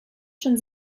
schon